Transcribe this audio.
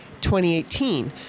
2018